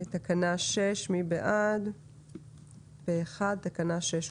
מי בעד תקנה 6?